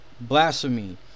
blasphemy